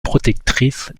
protectrice